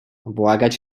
błagać